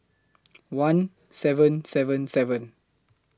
one seven seven seven